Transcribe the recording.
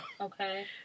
Okay